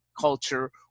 culture